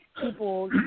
people